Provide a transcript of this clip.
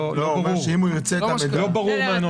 זה לא ברור מן הנוסח.